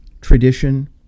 tradition